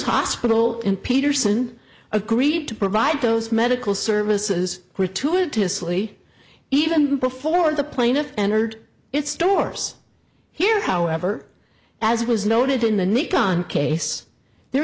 hospital in peterson agreed to provide those medical services gratuitously even before the plaintiff entered its doors here however as was noted in the nick on case there